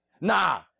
Nah